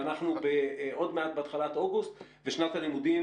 אנחנו עוד מעט בתחילת אוגוסט ושנת הלימודים